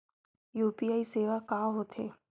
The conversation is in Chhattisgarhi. यू.पी.आई सेवा का होथे?